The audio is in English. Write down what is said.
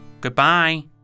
Goodbye